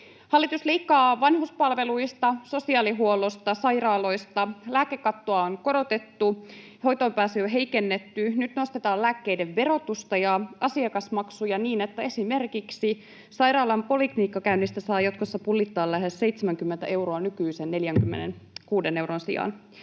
Hallitus leikkaa vanhuspalveluista, sosiaalihuollosta ja sairaaloista. Lääkekattoa on korotettu. Hoitoonpääsyä on heikennetty. Nyt nostetaan lääkkeiden verotusta ja asiakasmaksuja niin, että esimerkiksi sairaalan poliklinikkakäynnistä saa jatkossa pulittaa lähes 70 euroa nykyisen 46 euron sijaan.